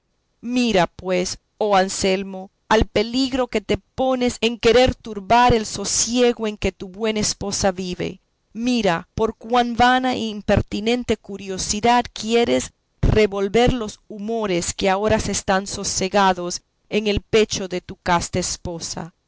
mira pues oh anselmo al peligro que te pones en querer turbar el sosiego en que tu buena esposa vive mira por cuán vana e impertinente curiosidad quieres revolver los humores que ahora están sosegados en el pecho de tu casta esposa